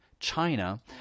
China